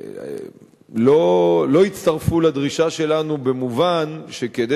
לא יצטרפו לדרישה שלנו במובן זה שכדי